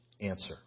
answer